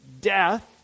death